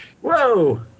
Whoa